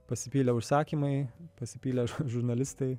pasipylė užsakymai pasipylė žurnalistai